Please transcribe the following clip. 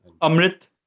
Amrit